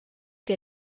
que